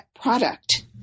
product